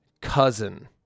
cousin